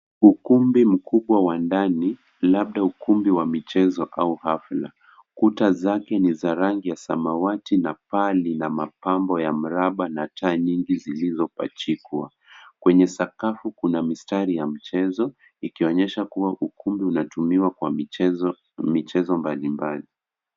Ukumbi mkubwa wa ndani labda ukumbi wa mchezo au hafla ukuta zake ni za rangi za samawati na paa lina mapambo ya mraba na taa nyingi zilizopajikwa, kwenye sakafu kuna mistari ya mchezo ikionyesha kuwa ukumbi unatumiwa kwa michezo mbali mbali.